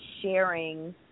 sharing